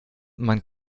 man